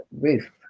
roof